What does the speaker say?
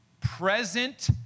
present